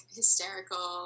hysterical